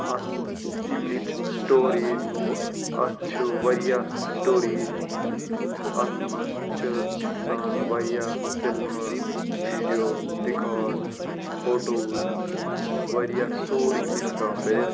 اَتھ امِچ سٹوریج اَتھ چھِ واریاہ سٹوریج اَتھ منٛز چھِ اِنسان واریاہ فِلمہٕ ویٖڈیو رِکاڈ فوٹو واریاہ سورُے کینٛہہ ہٮ۪کان بٔرِتھ